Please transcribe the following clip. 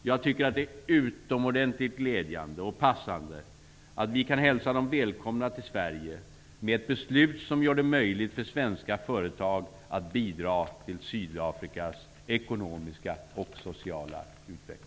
Jag tycker att det är utomordentligt glädjande och passande att vi kan hälsa dem välkomna till Sverige med ett beslut som gör det möjligt för svenska företag att bidra till